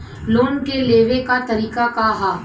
Loan के लेवे क तरीका का ह?